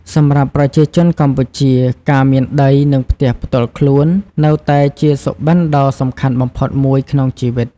សម្រាប់ប្រជាជនកម្ពុជា ការមានដី និងផ្ទះផ្ទាល់ខ្លួន នៅតែជាសុបិនដ៏សំខាន់បំផុតមួយក្នុងជីវិត។